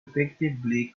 effectively